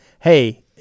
hey